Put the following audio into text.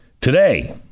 today